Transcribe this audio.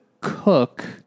cook